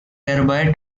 derby